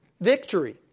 victory